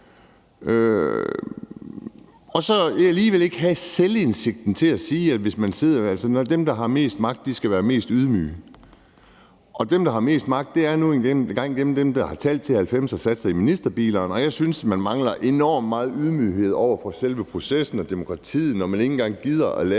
men alligevel har man ikke selvindsigten til at sige, at dem, der har mest og magt, skal være mest ydmyge. Og dem, der har mest magt, er nu engang dem, der har talt til 90 og sat sig i ministerbilerne. Jeg synes, man mangler enormt meget ydmyghed over for selve processen og demokratiet, når man ikke engang gider gøre